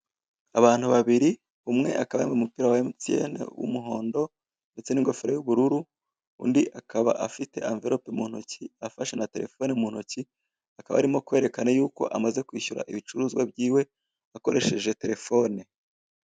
Abantu babiri umwe akaba yambaye umupira wa emutiyeni w'umuhondo ndetse n'ingofero y'ubururu undi akaba afite amvirope mu ntoki afashe na terefone mu ntoki akaba arimo kwerekana yuko amaze kwishyura ibicuruzwa byiwe akoresheje terefone.